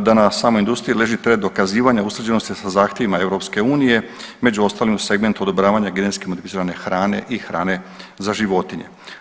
da na samoj industriji leži … dokazivanja usklađenosti sa zahtjevima EU, među ostalim u segmentu odobravanja genetski modificirane hrane i hrane za životinje.